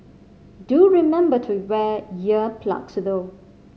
do remember to wear ear plugs though